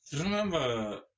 remember